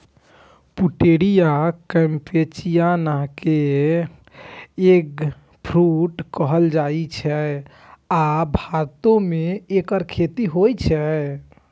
Pouteria कैम्पेचियाना कें eggfruit कहल जाइ छै, आ भारतो मे एकर खेती होइ छै